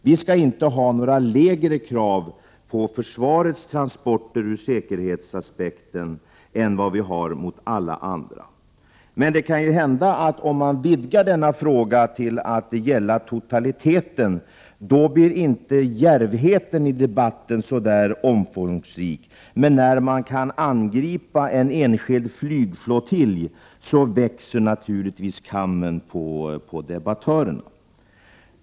Vi skall inte ha några lägre krav på försvarets transporter ur säkerhetsaspekten än på alla andra transporter. Det kan ju hända att om man vidgar denna fråga till att gälla totaliteten, blir inte djärvheten i debatten fullt så omfångsrik. När man skall angripa en enskild flygflottilj växer naturligtvis kammen på debattörerna.